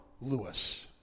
Lewis